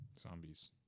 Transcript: Zombies